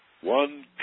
one